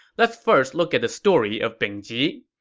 let's first look at the story of bing ji.